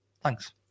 thanks